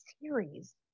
series